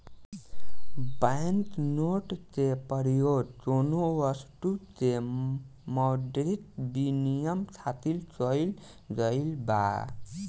bank note के परयोग कौनो बस्तु के मौद्रिक बिनिमय खातिर कईल गइल बा